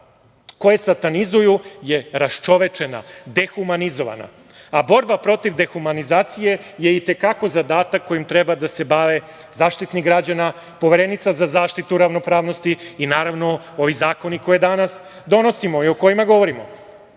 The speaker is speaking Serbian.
koje satanizuju je raščovečena, dehumanizovana, a borba protiv dehumanizacije je i te kako zadatak kojim treba da se bave Zaštitnik građana, Poverenica za zaštitu ravnopravnosti i naravno ovi zakoni koje danas donosimo i o kojima govorimo. Mi